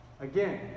Again